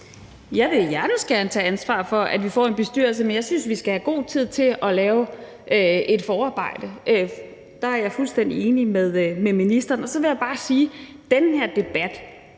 hjertens gerne tage ansvar for, at vi får en bestyrelse, men jeg synes, vi skal have god tid til at lave et forarbejde. Der er jeg fuldstændig enig med ministeren. Så vil jeg bare sige, at den her debat